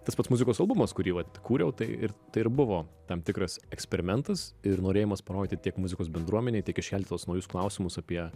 tas pats muzikos albumas kurį vat kūriau tai ir tai ir buvo tam tikras eksperimentas ir norėjimas parodyti tiek muzikos bendruomenei tiek iškelti tuos naujus klausimus apie